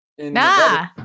Nah